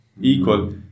equal